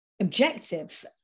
objective